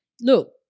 Look